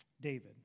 David